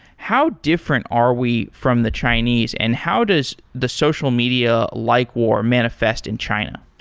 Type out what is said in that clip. how different are we from the chinese and how does the social media likewar manifest in china?